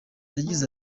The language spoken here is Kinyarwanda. yagize